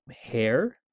hair